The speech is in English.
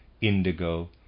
indigo